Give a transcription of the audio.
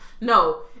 no